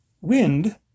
wind